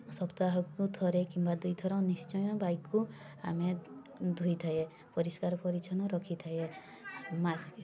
ସପ୍ତାହକୁ ଥରେ କିମ୍ବା ଦୁଇ ଥର ନିଶ୍ଚୟ ବାଇକ୍କୁ ଆମେ ଧୋଇଥାଏ ପରିଷ୍କାର ପରିଛନ୍ନ ରଖିଥାଏ ମାସେ